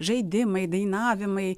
žaidimai dainavimai